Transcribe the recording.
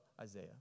Isaiah